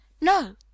No